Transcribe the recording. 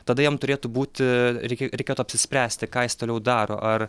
tada jam turėtų būti reikia reikėtų apsispręsti ką jis toliau daro ar